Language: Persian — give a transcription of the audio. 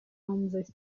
آموزش